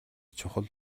чухал